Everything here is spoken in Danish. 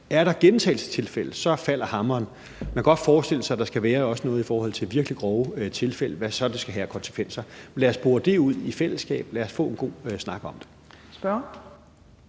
der er gentagelsestilfælde, så falder hammeren. Man kan godt forestille sig, at der skal være noget i forhold til virkelig grove tilfælde, altså hvad det så skal have af konsekvenser. Lad os bore det ud i fællesskab, og lad os få en god snak om det.